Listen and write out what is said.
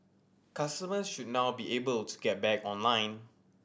customer should now be able to get back online